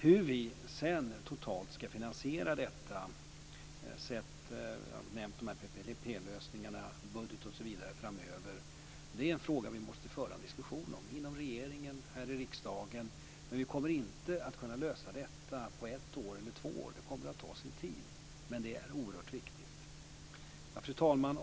Hur vi sedan totalt ska finansiera detta - jag har nämnt PPP-lösningarna, budget, osv. - framöver är en fråga vi måste föra en diskussion om inom regeringen och här i riksdagen. Men vi kommer inte att kunna lösa detta på ett år eller två år. Det kommer att ta sin tid, men det är oerhört viktigt. Fru talman!